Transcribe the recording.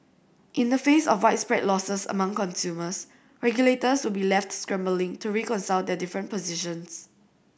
in the face of widespread losses among consumers regulators would be left scrambling to reconcile that their different positions